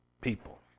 people